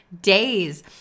days